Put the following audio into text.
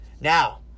Now